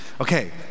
Okay